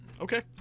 okay